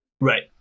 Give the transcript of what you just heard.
Right